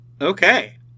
Okay